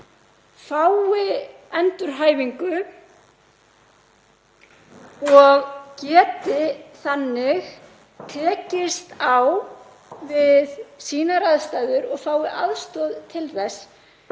fái endurhæfingu og geti þannig tekist á við sínar aðstæður og fái aðstoð til þess.